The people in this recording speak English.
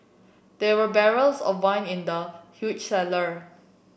there were barrels of wine in the huge cellar